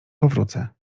powrócę